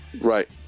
right